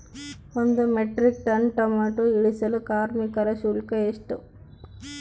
ಒಂದು metric ton tomato ಇಳಿಸಲು ಕಾರ್ಮಿಕರ ಶುಲ್ಕ ಎಷ್ಟು?